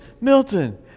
Milton